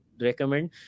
Recommend